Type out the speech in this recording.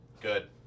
Good